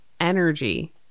energy